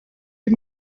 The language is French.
les